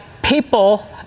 People